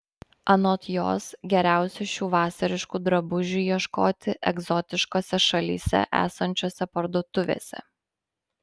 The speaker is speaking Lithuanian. anot jos geriausia šių vasariškų drabužių ieškoti egzotiškose šalyse esančiose parduotuvėse